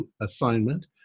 assignment